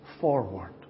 forward